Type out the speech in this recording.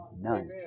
None